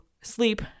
sleep